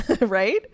right